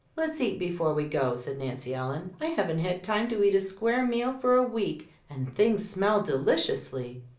let's eat before we go, said nancy ellen, i haven't had time to eat a square meal for a week and things smell deliciously.